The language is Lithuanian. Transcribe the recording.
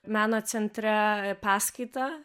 meno centre paskaitą